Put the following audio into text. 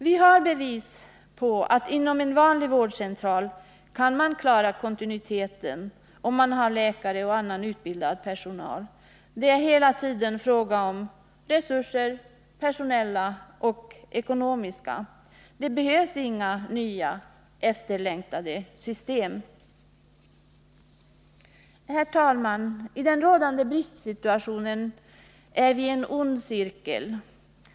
Vi har bevis på att kontinuiteten inom en vanlig vårdcentral kan klaras, om det finns läkare och annan utbildad personal. Det är hela tiden fråga om resurser, både personella och ekonomiska. Det behövs inga nya ”efterlängtade” system. Herr talman! I den rådande bristsituationen är vi inne i en ond cirkel.